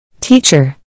Teacher